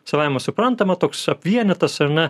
savaime suprantama toks vienetas ar ne